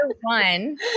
one